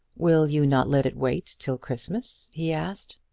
will you not let it wait till christmas? he asked.